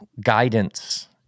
guidance